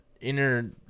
inner